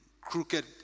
crooked